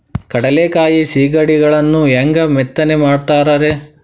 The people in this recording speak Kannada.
ಕಡಲೆಕಾಯಿ ಸಿಗಡಿಗಳನ್ನು ಹ್ಯಾಂಗ ಮೆತ್ತನೆ ಮಾಡ್ತಾರ ರೇ?